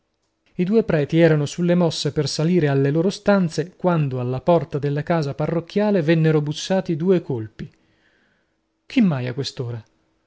i due preti eran sulle mosse per salire alle loro stanze quando alla porta della casa parrocchiale vennero bussati due colpi chi mai a quest'ora